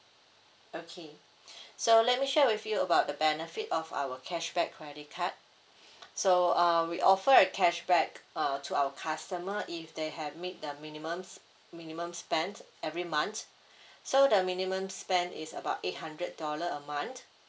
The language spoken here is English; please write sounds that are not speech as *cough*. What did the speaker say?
okay *breath* so let me share with you about the benefit of our cashback credit card *breath* so uh we offer a cashback uh to our customer if they have meet the minimum s~ minimum spend every month *breath* so the minimum spend is about eight hundred dollar a month